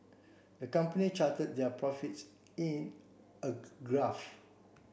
the company charted their profits in a graph